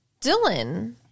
Dylan